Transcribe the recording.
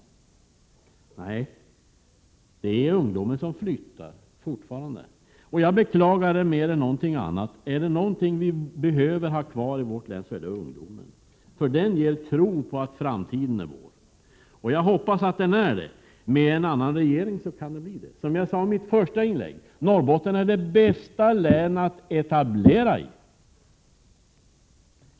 Det är fortfarande ungdomen som flyttar, och jag beklagar det mer än något annat. Är det något som vi behöver ha kvar i vårt län så är det ungdomen, för den ger tro på att framtiden är vår. Och jag hoppas att den är det — med en annan regering kan det bli så. Jag sade i mitt första inlägg: Norrbotten är det bästa länet att etablera i, med en borgerlig regering.